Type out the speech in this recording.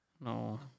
No